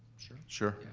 sure. sure.